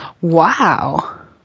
Wow